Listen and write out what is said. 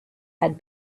had